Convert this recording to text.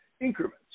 increments